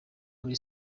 uri